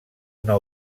una